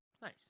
Nice